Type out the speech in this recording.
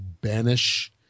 banish